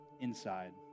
inside